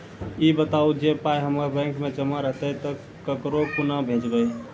ई बताऊ जे पाय हमर बैंक मे जमा रहतै तऽ ककरो कूना भेजबै?